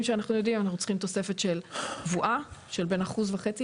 שאנחנו יודעים אנחנו צריכים תוספת קבועה של בין 1.5%-2%,